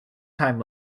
time